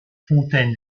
fontaine